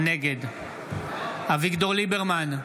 נגד אביגדור ליברמן,